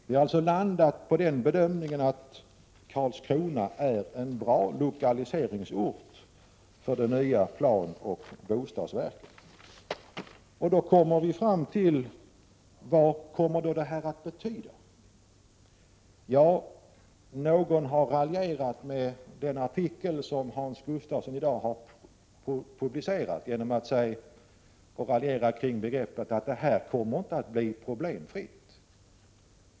Vi har alltså landat på den bedömningen att Karlskrona är en bra lokaliseringsort för det nya planoch bostadsverket. Då kommer vi till frågan: Vad kommer det här att betyda? Någon har raljerat om den artikel som Hans Gustafsson i dag har publicerat, där han skriver att en utflyttning inte kommer att bli problemfri.